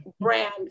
brand